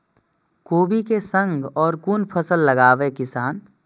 कोबी कै संग और कुन फसल लगावे किसान?